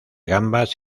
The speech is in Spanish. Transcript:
gambas